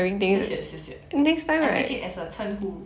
谢谢谢谢 I take it as a 称呼